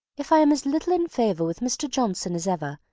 if i am as little in favour with mr. johnson as ever,